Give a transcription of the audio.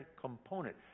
component